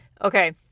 Okay